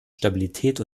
stabilität